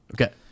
Okay